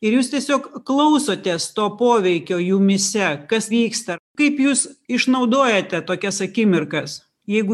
ir jūs tiesiog klausotės to poveikio jumyse kas vyksta kaip jūs išnaudojate tokias akimirkas jeigu